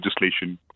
legislation